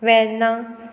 Verna